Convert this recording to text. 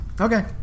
Okay